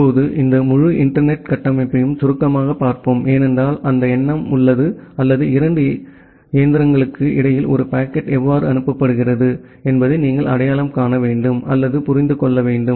இப்போது இந்த முழு இன்டர்நெட் கட்டமைப்பையும் சுருக்கமாகப் பார்ப்போம் ஏனென்றால் அந்த எண்ணம் உள்ளது அல்லது 2 இயந்திரங்களுக்கு இடையில் ஒரு பாக்கெட் எவ்வாறு அனுப்பப்படுகிறது என்பதை நீங்கள் அடையாளம் காண வேண்டும் அல்லது புரிந்து கொள்ள வேண்டும்